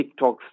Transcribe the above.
TikToks